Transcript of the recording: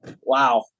wow